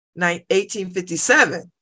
1857